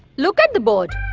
look at the board.